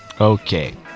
Okay